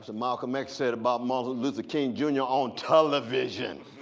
malcolm x said about martin luther king jr on television.